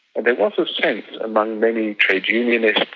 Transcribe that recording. there was a sense among many trade unionists